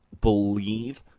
believe